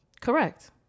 Correct